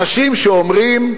אנשים שאומרים: